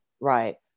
Right